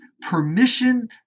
permission